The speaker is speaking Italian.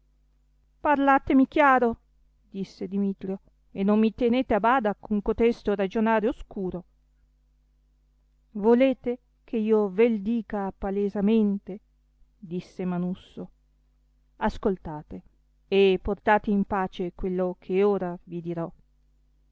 parlatemi chiaro disse dimitrio e non mi tenete a bada con cotesto ragionare oscuro volete che io vel dica palesamento disse manusso ascoltate e portate in pace quello che ora vi dirò